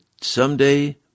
someday